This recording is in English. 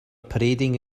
parading